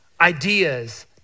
Ideas